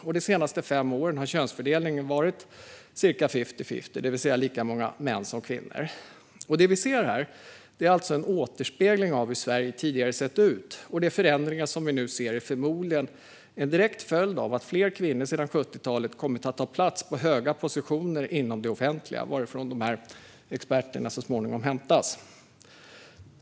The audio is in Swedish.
Och de senaste fem åren har könsfördelningen varit ungefär fifty-fifty, det vill säga lika många män som kvinnor. Det som vi ser här är alltså en återspegling av hur Sverige tidigare har sett ut. Och de förändringar som vi nu ser är förmodligen en direkt följd av att fler kvinnor sedan 1970-talet kommit att ta plats på höga positioner inom det offentliga, varifrån dessa experter så småningom hämtas.